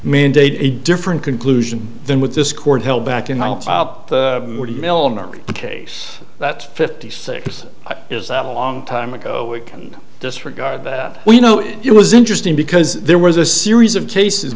mandate a different conclusion then with this court held back in one case that fifty six is that a long time ago we can disregard that you know it was interesting because there was a series of cases